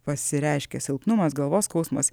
pasireiškia silpnumas galvos skausmas